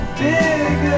dig